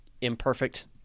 imperfect